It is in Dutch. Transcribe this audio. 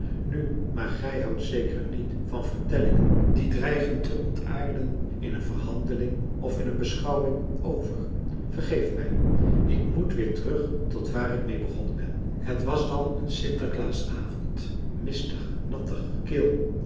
nu maar gij houdt zeker niet van vertellingen die dreigen te ontaarden in een verhandeling of in een beschouwing over vergeeft mij ik moet weer terug tot waar ik mee begonnen ben het was dan een sinterklaasavond mistig nattig kil